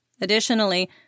Additionally